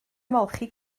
ymolchi